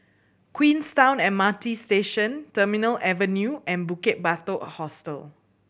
Queenstown M R T Station Terminal Avenue and Bukit Batok Hostel